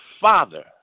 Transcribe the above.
father